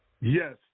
Yes